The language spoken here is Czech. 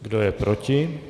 Kdo je proti?